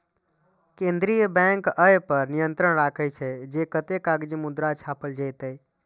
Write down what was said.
केंद्रीय बैंक अय पर नियंत्रण राखै छै, जे कतेक कागजी मुद्रा छापल जेतै